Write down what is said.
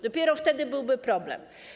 Dopiero wtedy byłby problem.